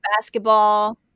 basketball